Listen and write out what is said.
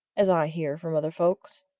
as i hear from other folks?